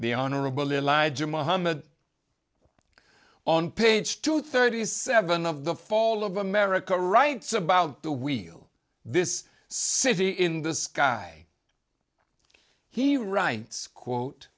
elijah muhammad on page two thirty seven of the fall of america writes about the wheel this city in the sky he writes quote